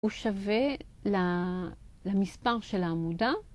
הוא שווה למספר של העמודה.